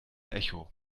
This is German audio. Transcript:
echo